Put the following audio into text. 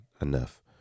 enough